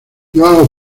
joão